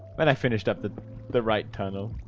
when i finished up the the right tunnel